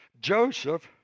Joseph